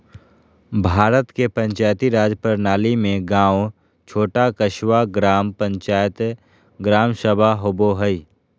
भारत के पंचायती राज प्रणाली में गाँव छोटा क़स्बा, ग्राम पंचायत, ग्राम सभा होवो हइ